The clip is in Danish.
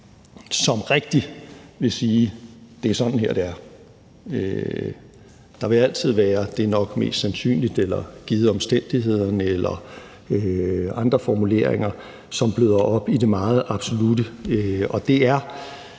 som rigtig vil sige, at det er sådan her, det er. Det vil altid være: Det er nok mest sandsynligt, givet af omstændighederne eller andre formuleringer, som bløder op på det meget absolutte. Det er